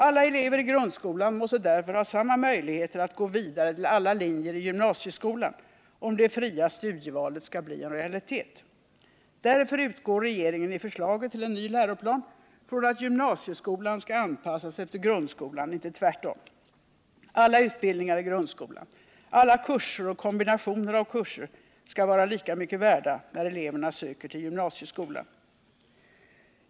Alla elever i grundskolan måste därför ha samma möjligheter att gå vidare till alla linjer i gymnasieskolan om det fria studievalet skall bli en realitet. Därför utgår regeringen i förslaget till en ny läroplan från att gymnasieskolan skall anpassas efter grundskolan, inte tvärtom. Alla utbildningar i grundskolan, alla kurser och kombinationer av kurser skall vara lika mycket värda, när eleverna söker till gymnasieskolan.